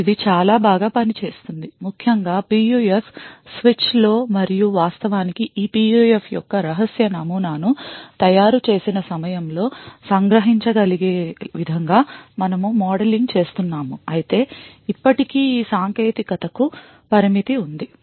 ఇప్పుడు ఇది చాలా బాగా పని చేస్తుంది ముఖ్యంగా PUF స్విచ్లో మరియు వాస్తవానికి ఈ PUF యొక్క రహస్య నమూనాను తయారు చేసిన సమయంలో సంగ్రహించగలిగే విధంగా మనము మోడలింగ్ చేస్తున్నాము అయితే ఇప్పటికీ ఈ సాంకేతికతకు పరిమితి ఉంది